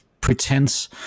pretense